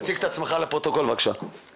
אני